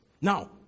now